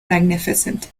magnificent